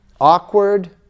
awkward